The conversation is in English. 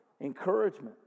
Encouragement